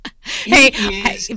Hey